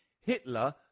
Hitler